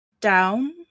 down